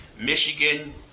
Michigan